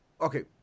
Okay